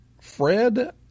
Fred